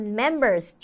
members